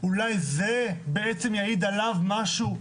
אולי זה יעיד בעצם עליו משהו.